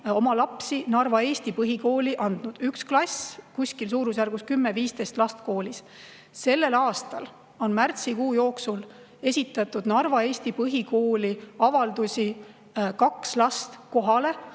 oma lapsi Narva Eesti Põhikooli andnud. On olnud üks klass suurusjärgus 10–15 last. Sellel aastal on märtsikuu jooksul esitatud Narva Eesti Põhikooli avaldusi kaks last kohale.